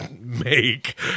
make